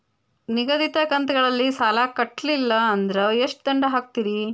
ನಿಗದಿತ ಕಂತ್ ಗಳಲ್ಲಿ ಸಾಲ ಕಟ್ಲಿಲ್ಲ ಅಂದ್ರ ಎಷ್ಟ ದಂಡ ಹಾಕ್ತೇರಿ?